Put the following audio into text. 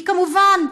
כי כמובן,